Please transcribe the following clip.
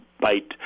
bite